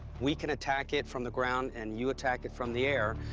we can attack it from the ground, and you attack it from the air.